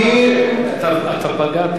חבר הכנסת